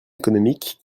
économique